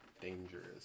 dangerous